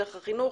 דרך החינוך,